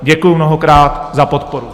Děkuji mnohokrát za podporu.